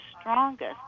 strongest